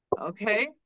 Okay